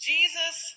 Jesus